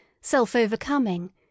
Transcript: self-overcoming